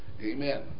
amen